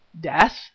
death